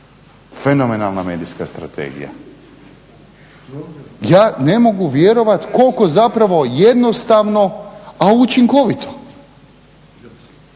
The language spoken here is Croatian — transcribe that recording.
Fenomenalna medijska strategija! Ja ne mogu vjerovati koliko zapravo jednostavno, a učinkovito.